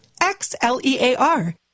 X-L-E-A-R